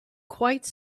quite